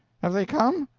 have they come?